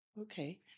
Okay